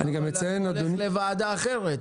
הוא הולך לוועדה אחרת.